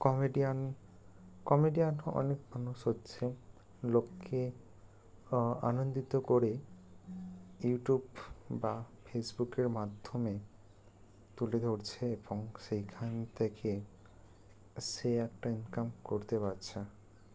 comedian comedian অনেক মানুষ হচ্ছে লোককে আনন্দিত করে ইউটিউব বা ফেসবুকের মাধ্যমে তুলে ধরছে এবং সেইখান থেকে সে একটা ইনকাম করতে পারছে